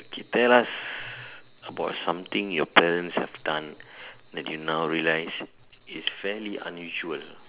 okay tell us about something your parents have done that you now realise is fairly unusual